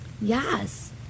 yes